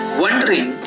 wondering